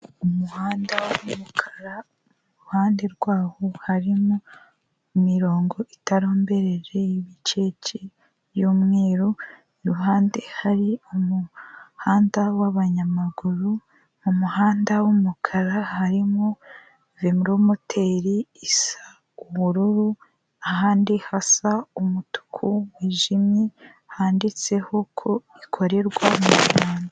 Umuhanda w'umukara, iruhande rwawo harimo imirongo itarombereje y'ibicece y'umweru, iruhande hari umuhanda w'abanyamaguru, mu muhanda w'umukara, harimo velomoteri isa ubururu, ahandi hasa umutuku wijimye, handitseho ko ikorerwa mu Rwanda.